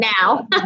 now